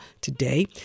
today